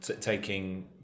taking